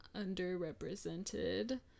underrepresented